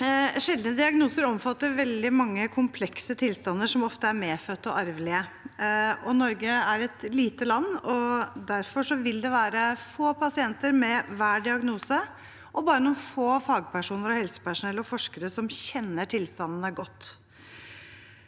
Sjeldne diagnoser omfatter veldig mange komplekse tilstander som ofte er medfødte og arvelige. Norge er et lite land, og det vil derfor være få pasienter med hver diagnose og bare noen få fagpersoner og helsepersonell og forskere som kjenner tilstandene godt.